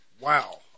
wow